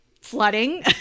flooding